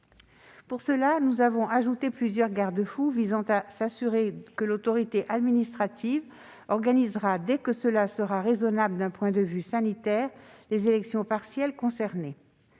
Pour cela, nous avons ajouté plusieurs garde-fous visant à garantir que l'autorité administrative organisera, dès que cela sera raisonnable d'un point de vue sanitaire, les élections partielles concernées.